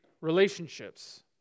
relationships